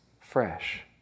fresh